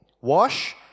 wash